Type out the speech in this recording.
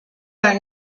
are